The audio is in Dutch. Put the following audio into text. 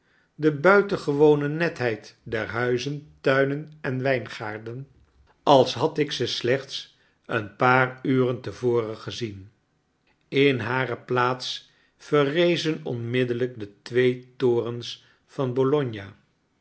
de buitengewone netheid der huizen tuinen en wijngaarden als had ik ze slechts een paar uren te voren gezien in hare plaats verrezen onmiddellijk de twee torens van bologna